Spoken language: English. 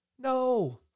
No